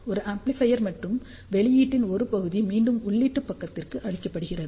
இது ஒரு ஆம்ப்ளிபையர் மற்றும் வெளியீட்டின் ஒரு பகுதி மீண்டும் உள்ளீட்டு பக்கத்திற்கு அளிக்கப்படுகிறது